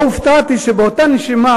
לא הופתעתי שבאותה נשימה,